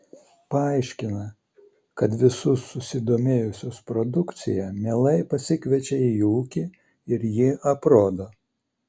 paaiškina kad visus susidomėjusius produkcija mielai pasikviečia į ūkį ir jį aprodo